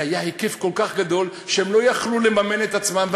זה היה היקף כל כך גדול שהם לא יכלו לממן את עצמם,